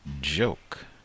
joke